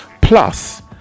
plus